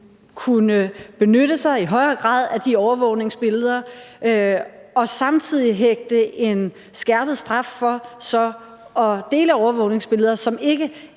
kunne benytte sig af de overvågningsbilleder og samtidig hægte en skærpet straf på for at dele overvågningsbilleder, som ikke